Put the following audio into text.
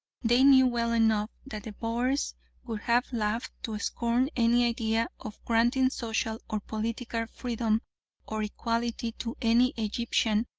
they knew well enough that the boers would have laughed to scorn any idea of granting social or political freedom or equality to any egyptian,